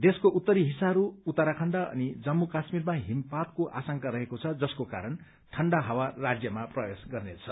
देशको उत्तरी हिस्साहरू उत्तराखण्ड अनि जम्मू कश्मीरमा हिमपातको आशंका रहेको छ जसको कारण ठण्डा हावा राज्मा प्रवेश गर्नेछ